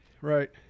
Right